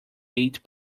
eight